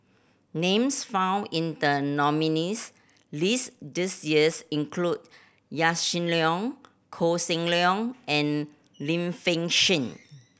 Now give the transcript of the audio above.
names found in the nominees' list this years include Yaw Shin Leong Koh Seng Leong and Lim Fei Shen